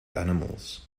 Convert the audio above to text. animals